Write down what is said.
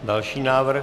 Další návrh.